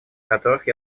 которых